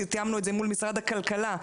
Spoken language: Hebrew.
תיאמנו את זה מול משרד הכלכלה,